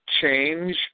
change